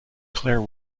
claire